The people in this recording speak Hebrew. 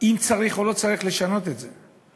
אם צריך או לא צריך לשנות את זה.